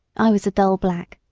i was a dull black,